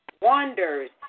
wonders